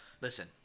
Listen